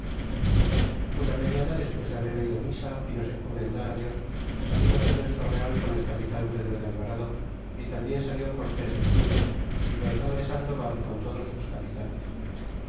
una mañana des mes de haber oido misa y nos encomendar dios salirnos de nuestro real con el capitan pedro de alvarado y tambien salió cortés del suyo y gonzalo de sandoval con todos sus capitanes